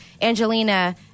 Angelina